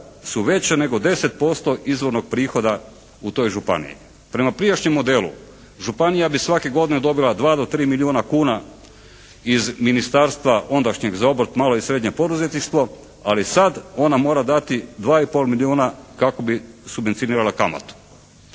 su veće nego 10% izvornog prihoda u toj županiji. Prema prijašnjem modelu županija bi svake godine dobila dva do tri milijuna kuna iz ministarstva ondašnjeg za obrt, malo i srednje poduzetništvo. Ali sad ona mora dati dva i pol milijuna kako bi subvencionirala kamatu.